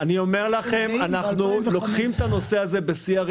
הנתונים בנושא הזה הם נתוני